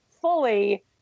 fully